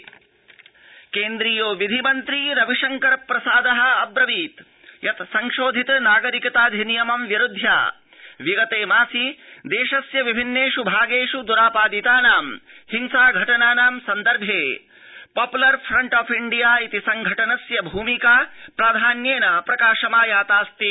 रविशंकरप्रसाद केन्द्रीयो विधि मन्द्री रवि शंकर प्रसाद अब्रदीत् यत् संशोधित नागरिकताऽधिनियमं विरुध्य विगते मासि देशस्य विभिन्नेष् भागेष् दुरापादितानां हिसा घटनानां सन्दर्भ पोप्लर फ्रंट ऑफ इंडिया इति संघटनस्य भूमिका प्रधान्येन प्रकाशमायाताऽस्ति